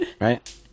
Right